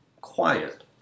quiet